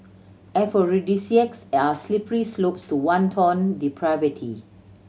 aphrodisiacs are slippery slopes to wanton depravity